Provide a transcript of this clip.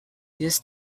these